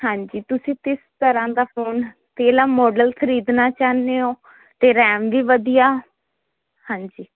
ਹਾਂਜੀ ਤੁਸੀਂ ਕਿਸ ਤਰ੍ਹਾਂ ਦਾ ਫੋਨ ਕਿਹੜਾ ਮਾਡਲ ਖਰੀਦਣਾ ਚਾਹੁੰਦੇ ਹੋ ਤੇ ਰੇਂਜ ਵੀ ਵਧੀਆ ਹਾਂਜੀ